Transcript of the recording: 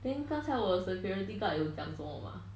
then 刚才我的 security guard 有讲什么吗